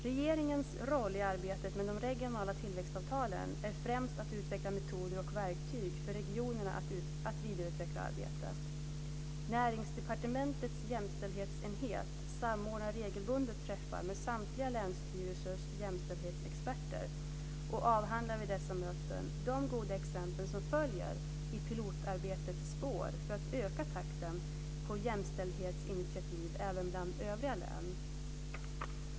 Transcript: Regeringens roll i arbetet med de regionala tillväxtavtalen är främst att utveckla metoder och verktyg för regionerna att vidareutveckla arbetet. Näringsdepartementets jämställdhetsenhet samordnar regelbundet träffar med samtliga länsstyrelsers jämställdhetsexperter och avhandlar vid dessa möten de goda exempel som följer i pilotarbetets spår för att öka takten på jämställdhetsinitiativ även bland övriga län.